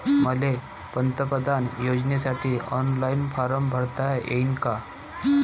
मले पंतप्रधान योजनेसाठी ऑनलाईन फारम भरता येईन का?